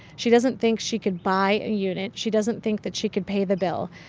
she doesn't think she could buy a unit. she doesn't think that she could pay the bill.